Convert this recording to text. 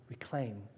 Reclaim